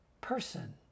person